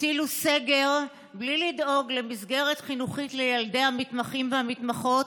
הטילו סגר בלי לדאוג למסגרת חינוכית לילדי המתמחים והמתמחות,